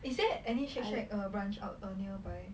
is there any shake shack err branch err nearby